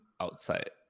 outside